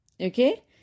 Okay